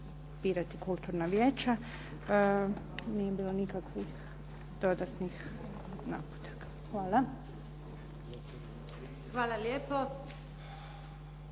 birati kulturna vijeća. Nije bilo nikakvih dodatnih naputaka. Hvala. **Antunović,